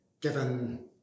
given